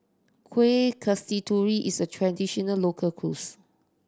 Kuih Kasturi is a traditional local